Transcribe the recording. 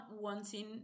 wanting